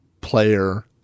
player